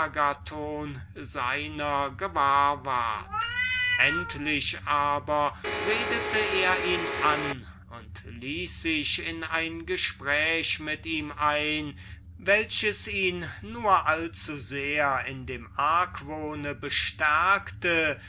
seiner gewahr wurde endlich aber redet er ihn an und ließ sich in ein gespräch mit ihm ein welches ihn nur allzusehr in dem argwohn bestärkte